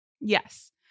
Yes